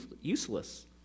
useless